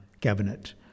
cabinet